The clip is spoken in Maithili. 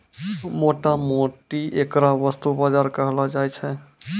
मोटा मोटी ऐकरा वस्तु बाजार कहलो जाय छै